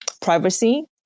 privacy